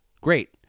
Great